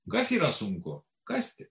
kas yra sunku kasti